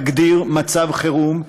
תגדיר מצב חירום,